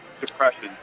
depression